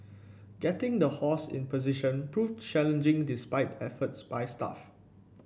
getting the horse in position proved challenging despite efforts by staff